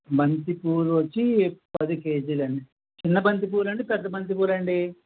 బంతి పూలు వచ్చి పది కేజీలండీ చిన్న బంతి పూలా అండీ పెద్ద బంతి పూలా అండీ